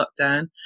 lockdown